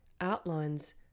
outlines